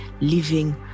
living